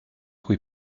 cui